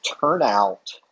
turnout